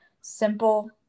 simple